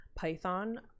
Python